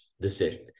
decision